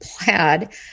plaid